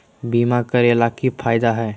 बीमा करैला के की फायदा है?